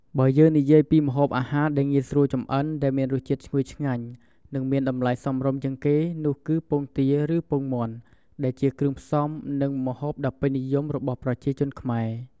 បើយើងនិយាយពីម្ហូបអាហារដែលងាយស្រួលចម្អិនដែលមានរសជាតិឈ្ងុយឆ្ងាញ់ និងមានតម្លៃសមរម្យជាងគេនោះគឺ ពងទាឬពងមាន់ ដែលជាគ្រឿងផ្សំនិងម្ហូបដ៏ពេញនិយមរបស់ប្រជាជនខ្មែរ។